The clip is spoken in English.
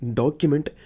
document